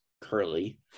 curly